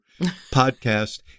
podcast